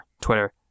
Twitter